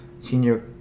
senior